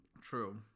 True